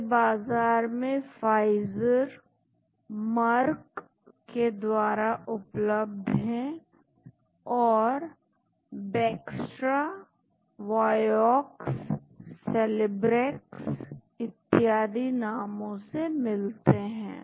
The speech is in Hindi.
यह बाजार में फाइजर मर्क के द्वारा उपलब्ध है और यह Bextra Vioxx Celebrex इत्यादि नामों से मिलते हैं